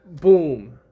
boom